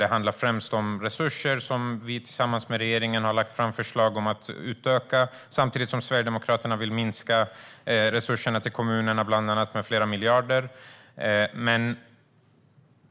Det handlar främst om resurser som vi tillsammans med regeringen har lagt fram förslag om att utöka samtidigt som Sverigedemokraterna bland annat vill minska resurserna till kommunerna med flera miljarder.